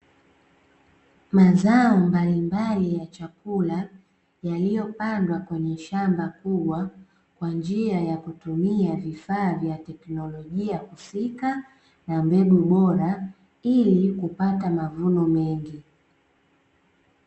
Mazao mbalimbali ya chakula yaliyopandwa kwenye shamba kubwa kwa njia ya kutumia vifaa vya teknolojia husika na mbegu bora, ili kupata mavuno mengi.